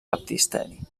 baptisteri